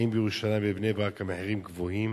2. האם בירושלים ובבני-ברק המחירים גבוהים?